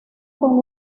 con